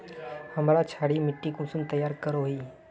हमार क्षारी मिट्टी कुंसम तैयार करोही?